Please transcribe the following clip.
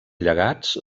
llegats